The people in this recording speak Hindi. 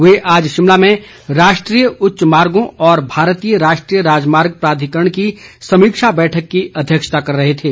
वे आज शिमला में राष्ट्रीय उच्च मार्गो और भारतीय राष्ट्रीय राजमार्ग प्राधिकरण की समीक्षा बैठक की अध्यक्षता कर रहे थे